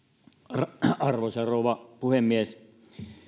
arvoisa rouva puhemies